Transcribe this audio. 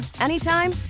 anytime